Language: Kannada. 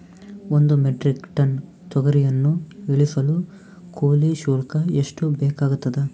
ಒಂದು ಮೆಟ್ರಿಕ್ ಟನ್ ತೊಗರಿಯನ್ನು ಇಳಿಸಲು ಕೂಲಿ ಶುಲ್ಕ ಎಷ್ಟು ಬೇಕಾಗತದಾ?